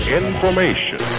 information